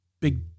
big